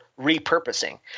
repurposing